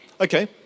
Okay